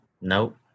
Nope